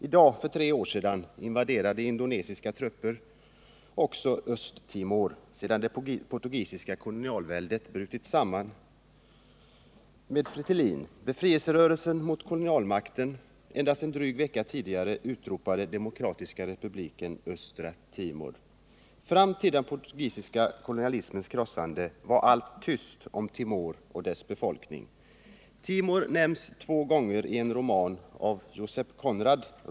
I dag för tre år sedan invaderade indonesiska trupper också Östra Timor, sedan det portugisiska kolonialväldet brutit samman och Fretilin, befrielserörelsen mot kolonialmakten, endast en dryg vecka tidigare utropat Demokratiska republiken Östra Timor. Fram till den portugisiska kolonialismens krossande var allt tyst om Timor och dess befolkning. Timor nämns två gånger i romanen Victory av Joseph Conrad.